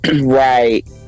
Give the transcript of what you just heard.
Right